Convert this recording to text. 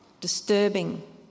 disturbing